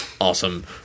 awesome